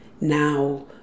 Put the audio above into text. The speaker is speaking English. Now